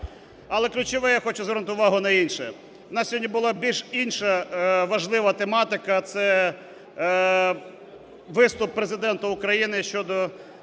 Але ключове, я хочу звернути увагу на інше. У нас сьогодні була більш інша важлива тематика, це виступ Президента України щодо